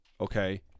okay